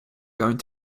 going